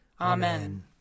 Amen